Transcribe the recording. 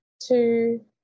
two